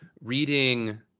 reading